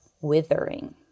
withering